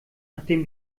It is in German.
nachdem